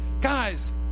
Guys